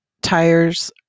tires